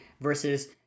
versus